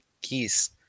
keys